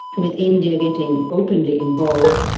with india getting openly involved.